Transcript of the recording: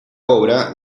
obra